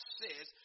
says